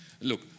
look